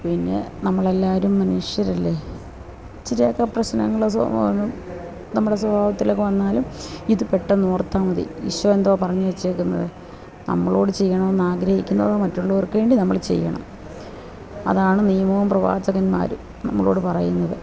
പിന്നെ നമ്മളെല്ലാവരും മനുഷ്യരല്ലേ ഇച്ചിരിയൊക്ക പ്രശ്നങ്ങൾ സ്വാഭാവികം നമ്മുടെ സ്വഭാവത്തിലൊക്ക വന്നാലും ഇതു പെട്ടെന്ന് ഓർത്താൽ മതി ഈശോ എന്തോ പറഞ്ഞു വെച്ചിരിക്കുന്നത് നമ്മളോട് ചെയ്യണമെന്ന് ആഗ്രഹിക്കുന്നത് മറ്റുള്ളവർക്ക് വേണ്ടി നമ്മൾ ചെയ്യണം അതാണ് നിയമവും പ്രവാചകന്മാരും നമ്മളോടു പറയുന്നത്